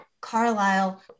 Carlisle